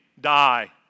die